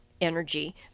energy